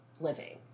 living